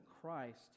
Christ